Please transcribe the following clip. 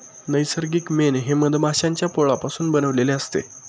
नैसर्गिक मेण हे मधमाश्यांच्या पोळापासून बनविलेले असते